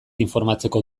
informatzeko